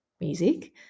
music